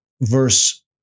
verse